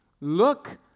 look